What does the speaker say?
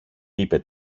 είπε